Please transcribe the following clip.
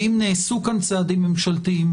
ואם נעשו כאן צעדים ממשלתיים,